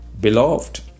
Beloved